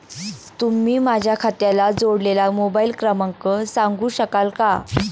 तुम्ही माझ्या खात्याला जोडलेला मोबाइल क्रमांक सांगू शकाल का?